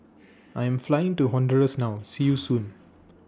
I'm Flying to Honduras now See YOU Soon